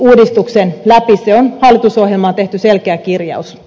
se on hallitusohjelmaan tehty selkeä kirjaus